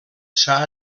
s’ha